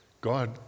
God